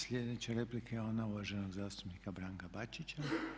Sljedeća replika je ona uvaženog zastupnika Branka Bačića.